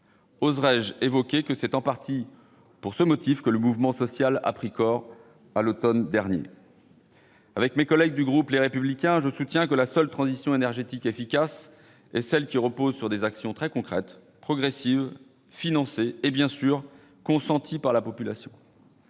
Oserais-je rappeler que c'est en partie pour ce motif que le mouvement social a pris corps à l'automne dernier ? Avec mes collègues du groupe Les Républicains, je soutiens que la seule transition énergétique efficace est celle qui repose sur des actions très concrètes, progressives, financées et, bien entendu, consenties par la population.